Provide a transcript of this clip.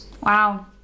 Wow